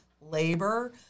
labor